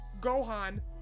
Gohan